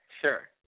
sure